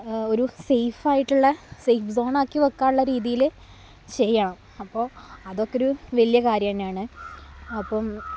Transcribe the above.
ഒരു സേഫായിട്ടുള്ള safe zone ആക്കി വെക്കാനുള്ള രീതീയിൽ ചെയ്യണം അപ്പോൾ അതൊക്കൊരു വലിയ കാര്യം തന്നെയാണ് അപ്പം